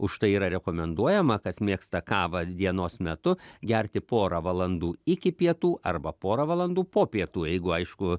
už tai yra rekomenduojama kas mėgsta kavą dienos metu gerti porą valandų iki pietų arba porą valandų po pietų jeigu aišku